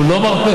הוא לא מרפה.